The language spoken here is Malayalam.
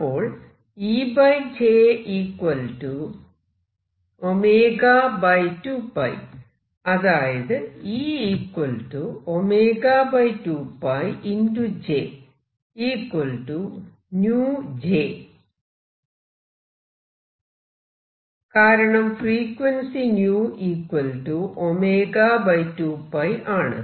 അപ്പോൾ അതായത് കാരണം ഫ്രീക്വൻസി 𝜈 𝜔 2𝜋 ആണ്